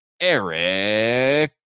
Eric